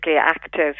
active